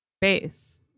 base